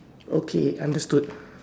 okay understood